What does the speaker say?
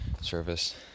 service